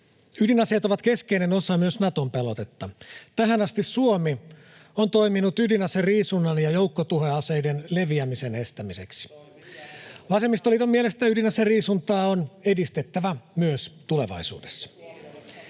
Ydinaseet ovat keskeinen osa myös Naton pelotetta. Tähän asti Suomi on toiminut ydinaseriisunnan ja joukkotuhoaseiden leviämisen estämiseksi. [Ben Zyskowicz: Toimii jatkossakin!] Vasemmistoliiton mielestä ydinaseriisuntaa on edistettävä myös tulevaisuudessa.